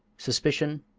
suspicion,